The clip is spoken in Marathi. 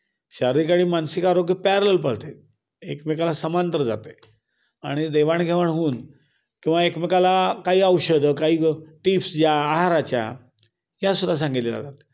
शारीरिक आणि मानसिक आरोग्य पॅरलल पळतं आहे एकमेकाला समांतर जातं आहे आणि देवाणघेवाण होऊन किंवा एकमेकाला काही औषधं काही टिप्स ज्या आहाराच्या यासुद्धा सांगितल्या जातात